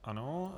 Ano.